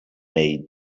made